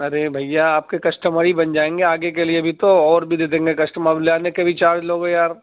ارے بھیا آپ کے کسٹمر ہی بن جائیں گے آگے کے لیے بھی تو اور بھی دے دیں گے کسٹمر لے آنے کے بھی چارج لو گے یار